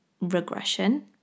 regression